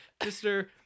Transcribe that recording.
Mr